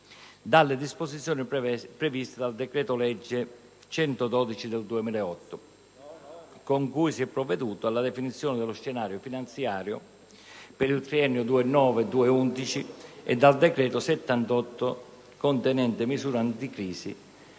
dalle disposizioni previste dal decreto-legge n. 112 del 2008, con cui si è provveduto alla definizione dello scenario finanziario per il triennio 2009-2011, e dal decreto‑legge n. 78 del 2009, contenente misure anticrisi,